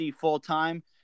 full-time